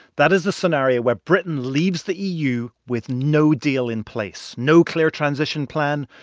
that is the scenario where britain leaves the eu with no deal in place no clear transition plan,